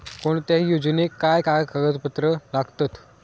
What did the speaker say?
कोणत्याही योजनेक काय काय कागदपत्र लागतत?